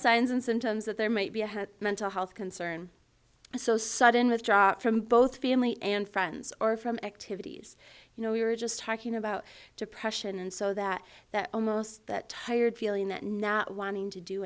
signs and symptoms that there might be a had mental health concern so sudden withdraw from both family and friends or from activities you know we were just talking about depression and so that that almost that tired feeling that not wanting to do